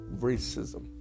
racism